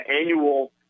annual